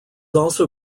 also